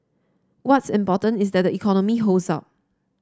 what's important is that the economy holds up